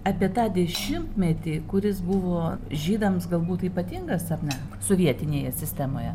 apie tą dešimtmetį kuris buvo žydams galbūt ypatingas ar ne sovietinėje sistemoje